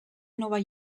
nova